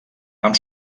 amb